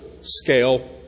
scale